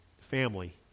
family